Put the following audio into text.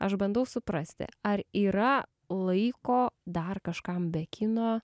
aš bandau suprasti ar yra laiko dar kažkam be kino